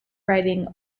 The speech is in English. writing